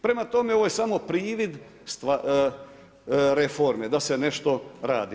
Prema tome, ovo je samo privid reforme da se nešto radi.